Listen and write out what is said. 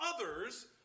others